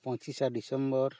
ᱯᱚᱪᱤᱥᱟ December